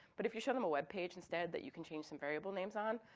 but if you show them a web page instead that you can change some variable names on,